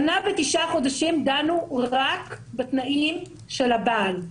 שנה ותשעה חודשים דנו רק בתנאים של הבעל,